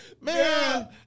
man